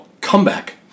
comeback